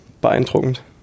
beeindruckend